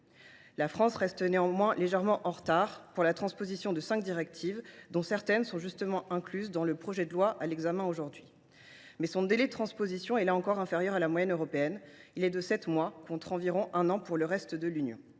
La France reste néanmoins légèrement en retard pour la transposition de cinq directives, dont certaines sont justement incluses dans le projet de loi examiné aujourd’hui. Pour autant, son délai de transposition est, là encore, inférieur à la moyenne européenne : sept mois, contre environ un an pour le reste de l’Union.